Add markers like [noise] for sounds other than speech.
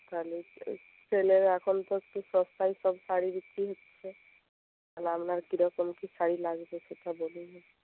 [unintelligible] সেলের এখন তো একটু সস্তায় সব শাড়ি বিক্রি হচ্ছে আর আপনার কিরকম কী শাড়ি লাগবে সেটা বলুন